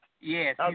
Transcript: Yes